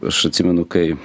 aš atsimenu kai